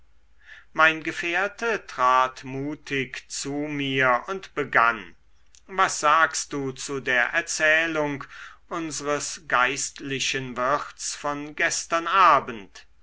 mein gefährte trat mutig zu mir und begann was sagst du zu der erzählung unsres geistlichen wirts von gestern abend